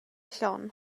llon